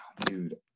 dude